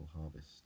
harvest